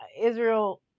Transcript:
Israel